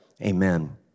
amen